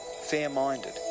fair-minded